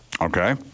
Okay